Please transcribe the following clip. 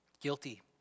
Guilty